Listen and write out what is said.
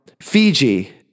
Fiji